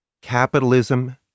capitalism